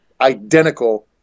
identical